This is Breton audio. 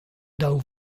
daou